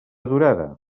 durada